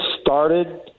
started